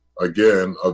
again